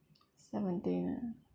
seventeen ah